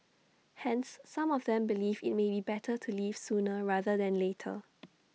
hence some of them believe IT may be better to leave sooner rather than later